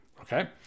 okay